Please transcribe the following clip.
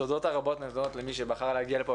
התודות הרבות מגיעות למי שבחר להגיע לפה